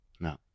No